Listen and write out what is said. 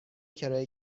کرایه